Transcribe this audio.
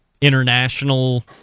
international